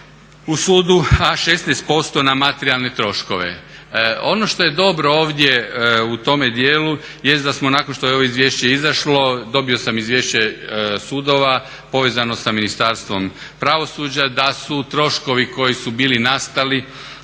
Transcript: u sudu, a 16% na materijalne troškove. Ono što je dobro ovdje u tome dijelu jest da smo nakon što je ovo izvješće izašlo, dobio sam izvješće sudova povezano sa Ministarstvom pravosuđa da su troškovi koji su bili nastali